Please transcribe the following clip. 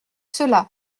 cela